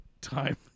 time